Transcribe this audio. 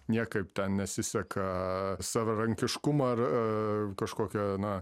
niekaip nesiseka savarankiškumą ar kažkokią na